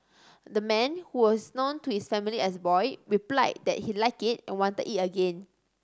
the man who is known to his family as Boy replied that he liked it and wanted it again